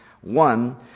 one